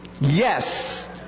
Yes